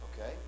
Okay